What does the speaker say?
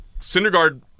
Syndergaard